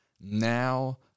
now